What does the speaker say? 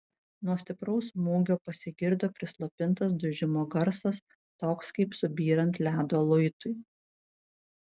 nuo stipraus smūgio pasigirdo prislopintas dužimo garsas toks kaip subyrant ledo luitui